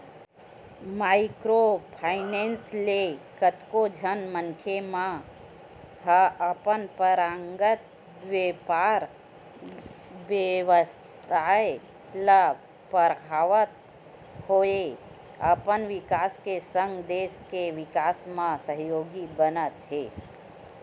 micro finance ले कतको झन मनखे मन ह अपन पंरपरागत बेपार बेवसाय ल बड़हात होय अपन बिकास के संग देस के बिकास म सहयोगी बनत हे